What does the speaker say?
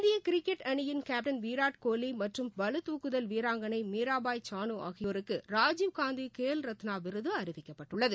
இந்திய கிரிக்கெட் அணியிள் கேப்டன் விராட்கோலி மற்றும் பளுத்தாக்குதல் வீராங்கணை மீராபாய் சனு ஆகியோருக்கு ராஜீவ்காந்தி கேல் ரத்ன விருது அறிவிக்கப்பட்டுள்ளது